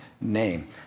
name